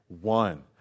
one